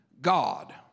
God